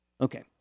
Okay